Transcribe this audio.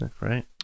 Right